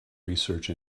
research